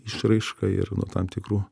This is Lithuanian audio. išraišką ir nuo tam tikrų